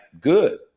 good